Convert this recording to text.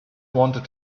wanted